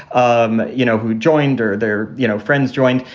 um you know, who joined or their you know friends joined.